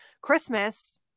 christmas